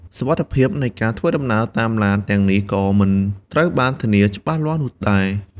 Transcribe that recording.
សុវត្ថិភាពនៃការធ្វើដំណើរតាមឡានទាំងនេះក៏មិនត្រូវបានធានាច្បាស់លាស់នោះដែរ។